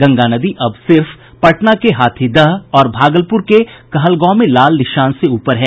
गंगा नदी अब सिर्फ पटना के हाथीदह और भागलपुर के कहलगांव में लाल निशान से ऊपर है